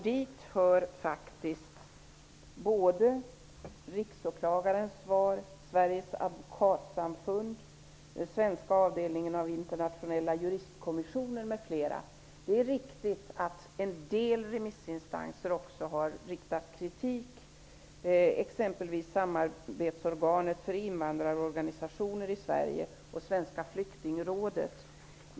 Dit hör faktiskt riksåklagaren, Det är riktigt att en del remissinstanser också har riktat kritik -- exempelvis Samarbetsorganet för invandrarorganisationer i Sverige och Svenska flyktingrådet.